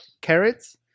carrots